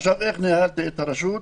איך ניהלתי את הרשות?